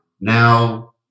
Now